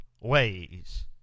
ways